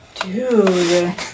Dude